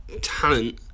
talent